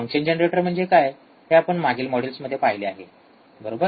function generator म्हणजे काय हे आपण मागील मॉड्यूल्समध्ये पाहिले आहे बरोबर